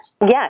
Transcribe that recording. Yes